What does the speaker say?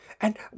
And